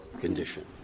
condition